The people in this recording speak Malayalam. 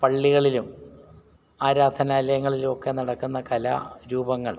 പള്ളികളിലും ആരാധനാലയങ്ങളിലുമൊക്കെ നടക്കുന്ന കലാ രൂപങ്ങൾ